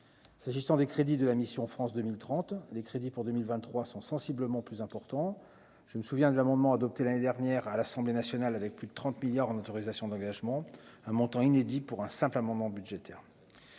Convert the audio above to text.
s'agissant des crédits de la mission, France 2030, des crédits pour 2023 sont sensiblement plus importants, je me souviens de l'amendement adopté l'année dernière à l'Assemblée nationale, avec plus de 30 milliards en autorisations d'engagement un montant inédit pour un simple amendement budgétaire,